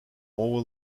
oval